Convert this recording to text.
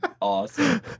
awesome